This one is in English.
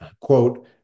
quote